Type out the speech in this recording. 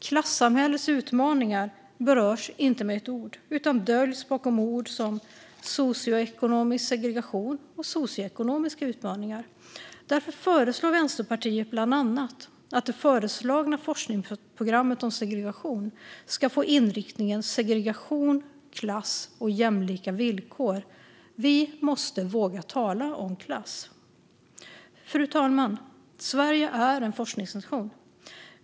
Klassamhällets utmaningar berörs inte med ett ord utan döljs bakom ord som socioekonomisk segregation och socioekonomiska utmaningar. Därför föreslår Vänsterpartiet bland annat att det föreslagna forskningsprogrammet om segregation ska få inriktningen segregation, klass och jämlika villkor. Vi måste våga tala om klass! Fru talman! Sverige är en forskningsnation.